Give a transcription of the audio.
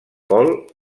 paul